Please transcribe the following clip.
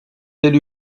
élu